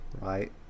Right